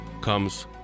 comes